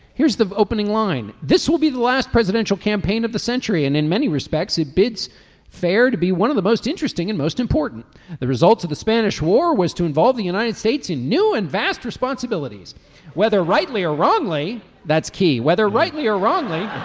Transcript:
here's the opening line. this will be the last presidential campaign of the century and in many respects it bids fair to be one of the most interesting and most important the results of the spanish war was to involve the united states in new and vast responsibilities whether rightly or wrongly that's key whether rightly or wrongly